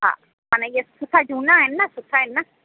हा माना इहे सुठा झूना आहिनि न सुठा आहिनि न